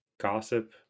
gossip